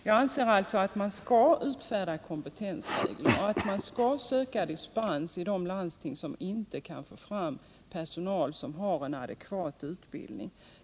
Jag anser alltså att man skall utfärda kompetensregler och att man skall söka dispens i de landsting som inte kan få fram personal som har en adekvat utbildning.